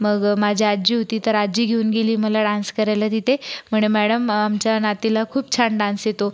मग माझी आजी होती तर आजी घेऊन गेली मला डान्स करायला तिथे म्हणे मॅडम आमच्या नातीला खूप छान डान्स येतो